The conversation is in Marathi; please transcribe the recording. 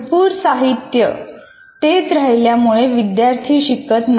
भरपूर साहित्य तेच राहिल्यामुळे विद्यार्थी शिकत नाही